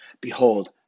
Behold